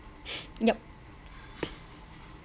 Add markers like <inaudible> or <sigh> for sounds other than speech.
<breath> yup